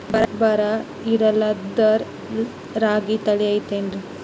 ಬರ ಇರಲಾರದ್ ರಾಗಿ ತಳಿ ಐತೇನ್ರಿ?